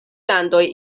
landoj